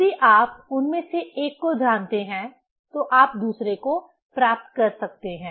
यदि आप उनमें से एक को जानते हैं तो आप दूसरे को प्राप्त कर सकते हैं